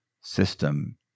system